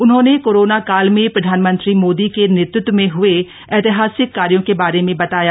उन्होंने कोरोना काल में प्रधानमंत्री मोदी के नेतृत्व के हुए एतिहासिक कार्यों के बारे में बताया